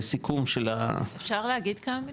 לסיכום של ה- -- אפשר להגיד כמה מילים.